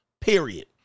period